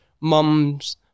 mum's